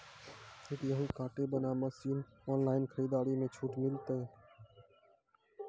गेहूँ काटे बना मसीन ऑनलाइन खरीदारी मे छूट मिलता?